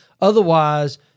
otherwise